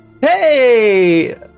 Hey